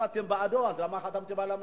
אם אתם בעדו, אז למה חתמתם על המכתב?